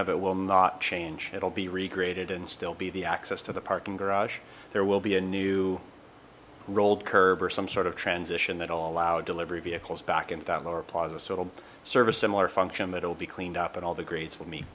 of it will not change it'll be regraded and still be the access to the parking garage there will be a new rolled curb or some sort of transition that will allow delivery vehicles back into that lower plaza so it'll serve a similar function that it will be cleaned up and all the grades will meet